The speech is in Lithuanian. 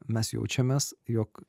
mes jaučiamės jog